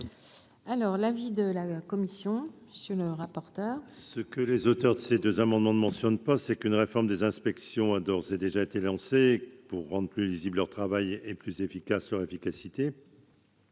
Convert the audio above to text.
Alors l'avis de la commission, monsieur le rapporteur. Ce que les auteurs de ces deux amendements ne mentionne pas, c'est qu'une réforme des inspections, a d'ores et déjà été lancée pour rendre plus lisible leur travail et plus efficace leur efficacité.